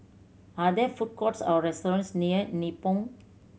are there food courts or restaurants near Nibong